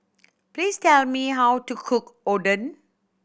please tell me how to cook Oden